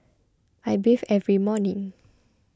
I bathe every morning